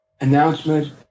announcement